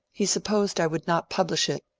he supposed i would not publish it,